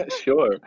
Sure